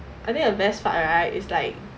I think the best part right is like